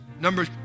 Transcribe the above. number